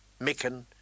Micken